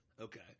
Okay